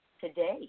today